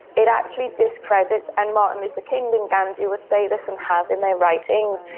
it actually discredits, and martin luther king and gandhi would say this and have in their writing,